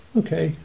okay